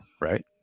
right